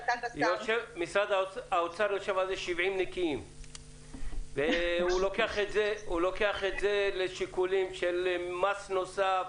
משרד האוצר יושב על זה 70 נקיים והוא לוקח את זה לשיקולים של מס נוסף,